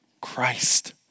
Christ